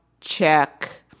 check